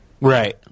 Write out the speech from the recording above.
Right